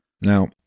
Now